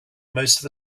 most